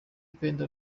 pendo